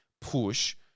push